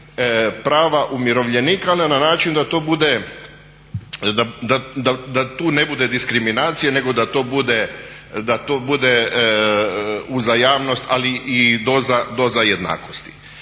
prava umirovljenika ali na način da to bude, da tu ne bude diskriminacije nego da to bude uzajamnost ali i doza jednakosti.